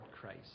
Christ